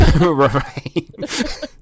Right